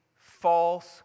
false